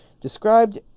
described